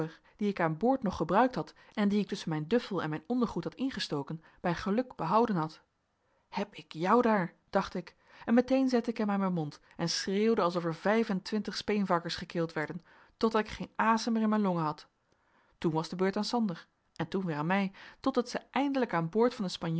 dien ik aan boord nog gebruikt had en dien ik tusschen mijn duffel en mijn ondergoed had ingestoken bij geluk behouden had heb ik jou daar dacht ik en meteen zette ik hem aan mijn mond en schreeuwde alsof er vijf en twintig speenvarkens gekeeld werden totdat ik geen asem meer in mijn longen had toen was de beurt aan sander en toen weer aan mij totdat zij eindelijk aan boord van den